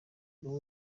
buri